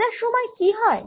ভাজার সময় কি হয়